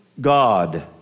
God